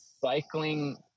cycling